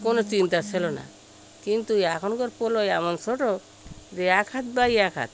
কোনো চিন্তা ছিল না কিন্তু এখনকার পলো এমন ছোট যে এক হাত বাই এক হাত